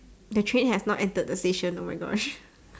the train has not entered the station oh my Gosh